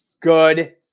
Good